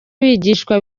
bigishwa